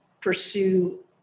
pursue